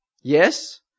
Yes